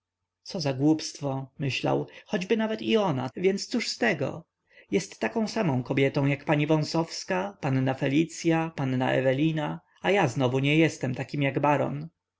co za głupstwo myślał choćby nawet i ona więc cóż z tego jest taką samą kobietą jak pani wąsowska panna felicya panna ewelina a ja znowu nie jestem takim jak baron